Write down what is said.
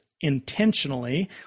intentionally